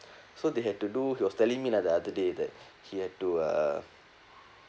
so they had to do he was telling me lah like the other day that he had to uh